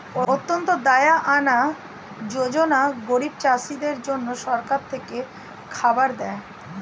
অন্ত্যদায়া আনা যোজনা গরিব চাষীদের জন্য সরকার থেকে খাবার দেয়